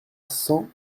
cent